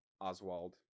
Oswald